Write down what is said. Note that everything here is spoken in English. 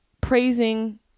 praising